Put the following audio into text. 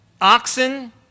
oxen